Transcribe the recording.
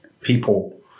people